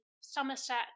Somerset